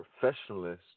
professionalist